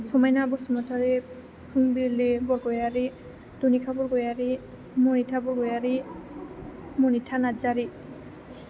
समायना बसुमतारि फुंबिलि बरगयारि रुनिखा बरगयारि मनिथा बरगयारि मनिथा नार्जारि